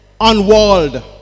unwalled